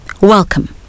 Welcome